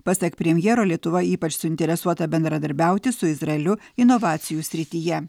pasak premjero lietuva ypač suinteresuota bendradarbiauti su izraeliu inovacijų srityje